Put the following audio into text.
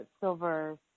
silver